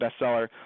bestseller